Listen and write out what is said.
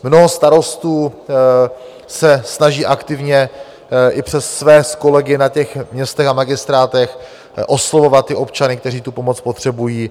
Mnoho starostů se snaží aktivně i přes své kolegy na těch městech a magistrátech oslovovat ty občany, kteří tu pomoc potřebují.